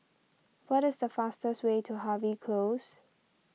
what is the fastest way to Harvey Close